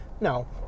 No